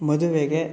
ಮದುವೆಗೆ